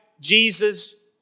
Jesus